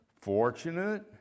fortunate